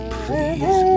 please